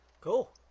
Cool